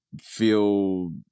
feel